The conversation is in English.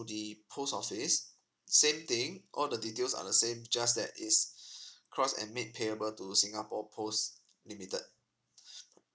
the post office same thing all the details are the same just that it's crossed and made payable to singapore post limited